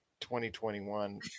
2021